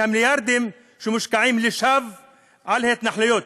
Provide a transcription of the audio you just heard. המיליארדים שמושקעים לשווא בהתנחלויות,